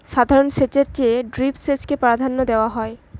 সাধারণ সেচের চেয়ে ড্রিপ সেচকে প্রাধান্য দেওয়া হয়